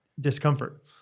discomfort